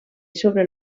sobre